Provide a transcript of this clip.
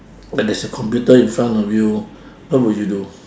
that there's a computer in front of you what will you do